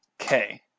Okay